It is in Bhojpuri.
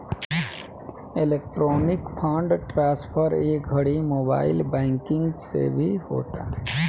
इलेक्ट्रॉनिक फंड ट्रांसफर ए घड़ी मोबाइल बैंकिंग से भी होता